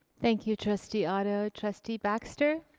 thank you trustee otto, trustee baxter?